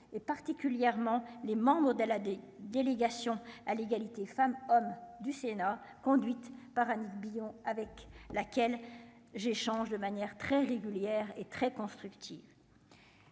et particulièrement les membres de la des délégations à l'égalité femmes-hommes du Sénat conduite par Annick Billon avec laquelle j'ai change de manière très régulière et très.